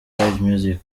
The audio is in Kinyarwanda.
music